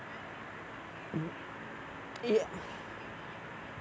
yeah